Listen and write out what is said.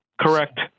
Correct